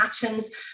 patterns